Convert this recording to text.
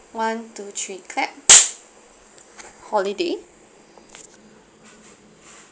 one two three clap holiday